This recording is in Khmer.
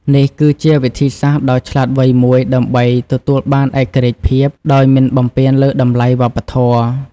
នេះគឺជាវិធីសាស្រ្តដ៏ឆ្លាតវៃមួយដើម្បីទទួលបានឯករាជ្យភាពដោយមិនបំពានលើតម្លៃវប្បធម៌។